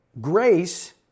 grace